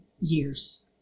years